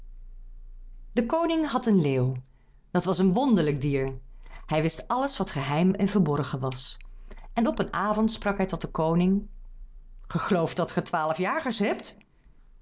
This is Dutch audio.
de koning had een leeuw dat was een wonderlijk dier hij wist alles wat geheim en verborgen was en op een avond sprak hij tot den koning ge gelooft dat ge twaalf jagers hebt